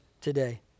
today